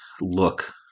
look